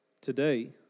today